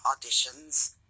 auditions